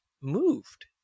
moved